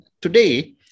Today